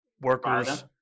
workers-